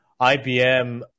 IBM